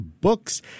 books